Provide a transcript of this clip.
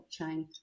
blockchain